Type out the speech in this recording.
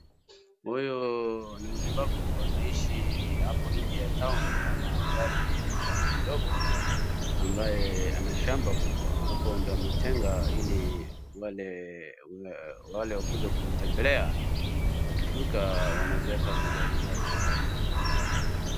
Huyu ni mzibabu anaishi hapo nje ya tauni ambaye ina tauni kidogo ambaye ana shamba kubwa hapo ndio ametengea wale wamekuja kumtembelea wakivuka wanaeza weka magari zao hapo.